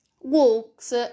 walks